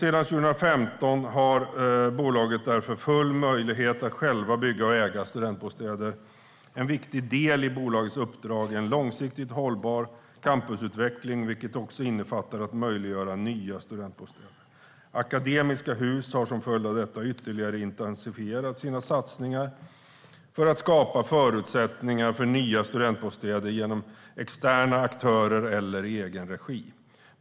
Sedan 2015 har bolaget därför full möjlighet att självt bygga och äga studentbostäder. En viktig del i bolagets uppdrag är en långsiktigt hållbar campusutveckling, vilket också innefattar att möjliggöra nya studentbostäder. Akademiska Hus har som en följd av detta ytterligare intensifierat sina satsningar för att skapa förutsättningar för nya studentbostäder genom externa aktörer eller i egen regi.